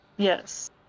Yes